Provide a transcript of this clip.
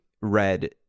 Red